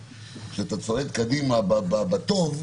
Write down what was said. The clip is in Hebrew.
כשאתה צועד קדימה בטוב,